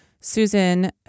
Susan